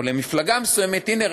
או למפלגה מסוימת: הנה,